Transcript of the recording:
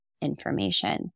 information